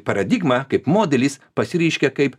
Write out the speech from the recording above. paradigma kaip modelis pasireiškia kaip